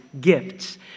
gifts